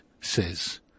says